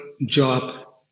job